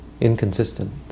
inconsistent